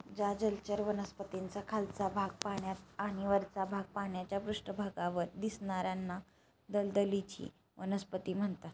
ज्या जलचर वनस्पतींचा खालचा भाग पाण्यात आणि वरचा भाग पाण्याच्या पृष्ठभागावर दिसणार्याना दलदलीची वनस्पती म्हणतात